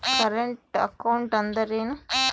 Current account ಅಂದರೇನು?